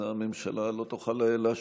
אז הממשלה לא תוכל להשיב,